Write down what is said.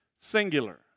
Singular